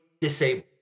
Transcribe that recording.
disabled